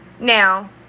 Now